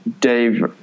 Dave